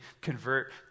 convert